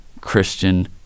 Christian